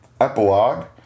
epilogue